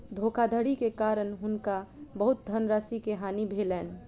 धोखाधड़ी के कारण हुनका बहुत धनराशि के हानि भेलैन